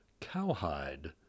Cowhide